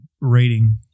rating